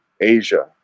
Asia